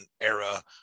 era